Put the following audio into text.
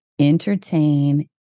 entertain